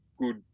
good